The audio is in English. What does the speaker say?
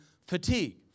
fatigue